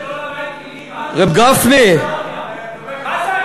שלא למד ליבה, רֵבּ גפני, מה זה,